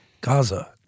Gaza